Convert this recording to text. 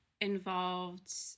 involved